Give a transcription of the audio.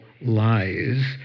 lies